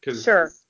Sure